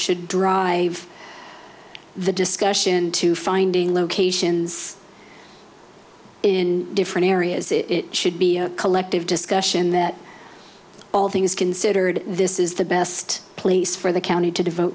should drive the discussion to finding locations in different areas it should be a collective discussion that all things considered this is the best place for the county to devote